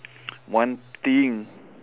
one thing